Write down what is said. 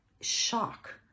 shock